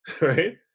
right